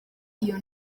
iyo